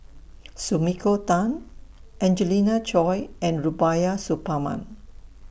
Sumiko Tan Angelina Choy and Rubiah Suparman